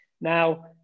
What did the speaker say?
Now